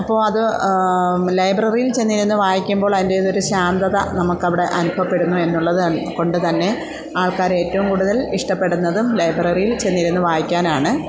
അപ്പോൾ അത് ലൈബ്രറിയിൽ ചെന്നിരുന്നു വായിക്കുമ്പോൾ അതിന്റേത് ഒരു ശാന്തത നമുക്ക് അവിടെ അനുഭവപ്പെടുന്നു എന്നുള്ളത് കൊണ്ട് തന്നെ ആൾക്കാർ ഏറ്റവും കൂടുതൽ ഇഷ്ടപ്പെടുന്നതും ലൈബ്രറിയിൽ ചെന്നിരുന്ന് വായിക്കാനാണ്